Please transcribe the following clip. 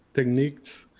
techniques,